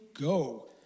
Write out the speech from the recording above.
go